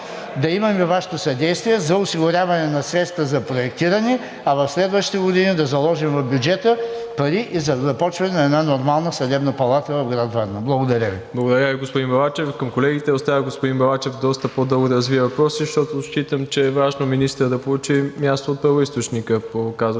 да имаме Вашето съдействие за осигуряване на средства за проектиране, а в следващата година да заложим в бюджета пари и за започване на една нормална Съдебна палата в град Варна? Благодаря Ви. ПРЕДСЕДАТЕЛ МИРОСЛАВ ИВАНОВ: Благодаря Ви, господин Балачев. Към колегите, оставих господин Балачев доста по-дълго да развие въпроса си, защото считам, че е важно министърът да получи яснота от първоизточника по казуса.